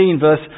verse